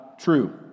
true